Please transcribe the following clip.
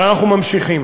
אבל אנחנו ממשיכים.